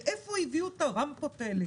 מאיפה הביאו את הרמפות האלה?